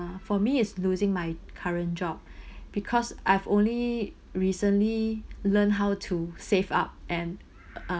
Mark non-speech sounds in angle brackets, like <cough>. uh for me is losing my current job <breath> because I've only recently learned how to save up and